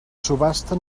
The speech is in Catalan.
subhasta